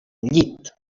llit